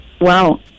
Wow